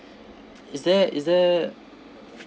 is there is there